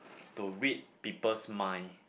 to read people's mind